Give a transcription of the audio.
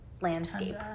landscape